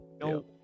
no